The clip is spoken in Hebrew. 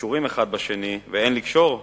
קשורים אחד בשני, ואין לקשור אותם,